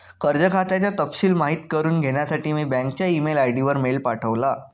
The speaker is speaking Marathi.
कर्ज खात्याचा तपशिल माहित करुन घेण्यासाठी मी बँकच्या ई मेल आय.डी वर मेल पाठवला